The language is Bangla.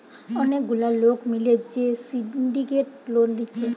অনেক গুলা লোক মিলে যে সিন্ডিকেট লোন দিচ্ছে